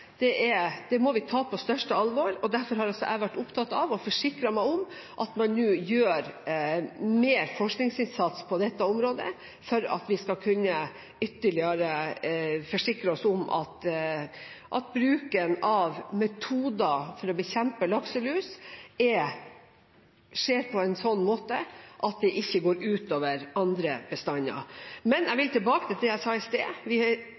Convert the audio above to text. det gjelder reker, tas på største alvor, og derfor har også jeg vært opptatt av å forsikre meg om at man nå gjør mer forskningsinnsats på dette området, for at vi ytterligere skal kunne forsikre oss om at bruken av metoder for å bekjempe lakselus ikke går ut over andre bestander. Men jeg vil tilbake til det jeg sa i